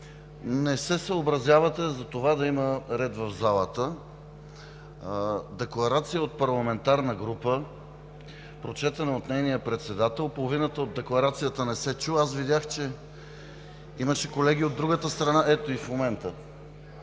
Не се съобразявате да има ред в залата – декларация от парламентарна група, прочетена от нейния председател, половината от декларацията не се чу. Видях, че имаше колеги от другата страна (шум и реплики